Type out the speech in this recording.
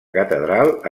catedral